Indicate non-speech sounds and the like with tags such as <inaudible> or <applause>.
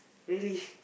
really <breath>